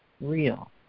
real